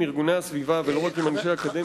ארגוני הסביבה ולא רק עם אנשי האקדמיה,